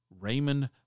Raymond